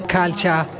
culture